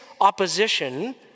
opposition